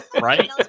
right